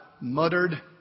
muttered